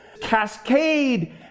cascade